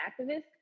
activist